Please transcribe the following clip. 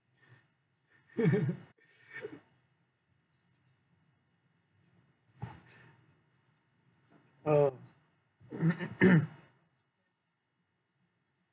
oh